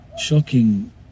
shocking